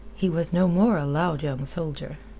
he was no more a loud young soldier.